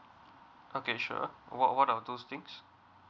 okay sure what what are the those things